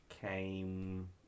came